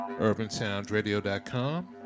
urbansoundradio.com